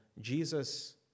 Jesus